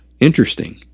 interesting